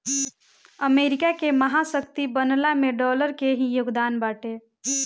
America के महाशक्ति बनला में डॉलर के ही योगदान बाटे